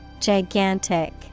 Gigantic